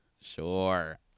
sure